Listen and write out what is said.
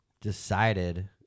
decided